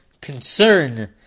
concern